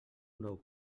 nou